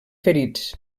ferits